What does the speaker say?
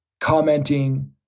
commenting